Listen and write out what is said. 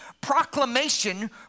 proclamation